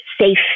safe